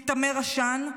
מיתמר עשן.